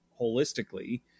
holistically